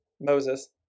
Moses